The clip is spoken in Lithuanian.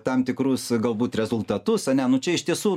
tam tikrus galbūt rezultatus ane nu čia iš tiesų